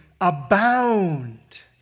abound